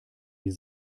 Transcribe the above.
die